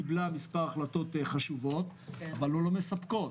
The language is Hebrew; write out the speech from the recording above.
קבלה מספר החלטות חשובות אבל לא מספקות.